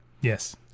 Yes